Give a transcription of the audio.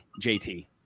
JT